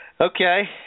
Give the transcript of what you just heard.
Okay